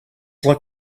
like